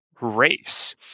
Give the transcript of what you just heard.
race